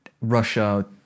Russia